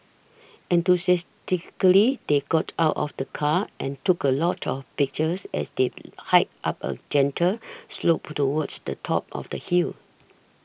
enthusiastically they got out of the car and took a lot of pictures as they hiked up a gentle slope towards the top of the hill